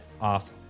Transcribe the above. off